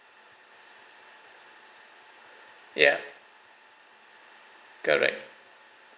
ya correct